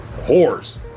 Whores